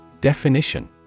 Definition